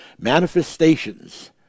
manifestations